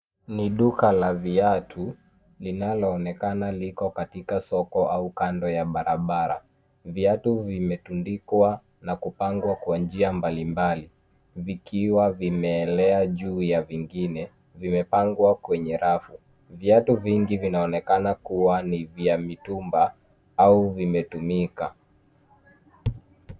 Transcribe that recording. Ni duka la viatu, linaloonekana liko katika soko au kando ya barabara. Viatu vimetundikwa na kupangwa kwa njia mbalimbali vikiwa vimeelea juu ya vingine, vimepangwa kwenye rafu. Viatu vingi vinaonekana kuwa ni vya mitumba au vimetumika.